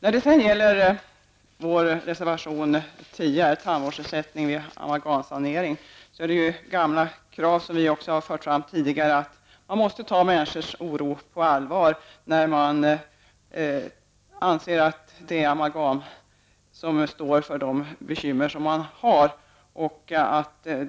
I vår reservation nr 10 om tandvårdsersättning vid amalgamsanering har vi fört fram samma krav som tidigare, nämligen att man måste ta människors oro på allvar om de anser att det är amalgam som är grunden till de bekymmer de har.